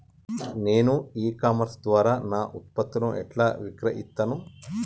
నేను e commerce ద్వారా నా ఉత్పత్తులను ఎట్లా విక్రయిత్తను?